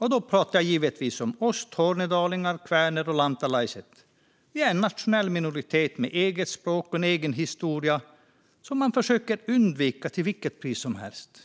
Jag pratar givetvis om oss tornedalingar, kväner och lantalaiset. Vi är en nationell minoritet med eget språk och en egen historia som man försöker undvika till vilket pris som helst.